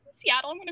Seattle